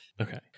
Okay